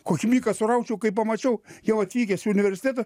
kokį miką suraučių kai pamačiau jau atvykęs į universitetą